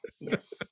yes